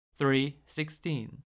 3.16